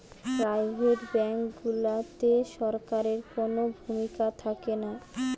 private bank গুলাতে সরকারের কুনো ভূমিকা থাকেনা